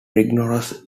rigorous